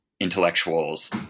intellectuals